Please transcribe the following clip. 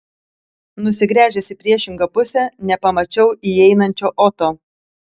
nusigręžęs į priešingą pusę nepamačiau įeinančio oto